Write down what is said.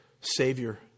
Savior